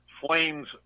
Flames